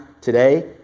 today